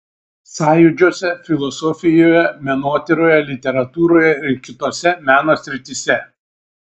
sąjūdžiuose filosofijoje menotyroje literatūroje ir kitose meno srityse